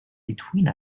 between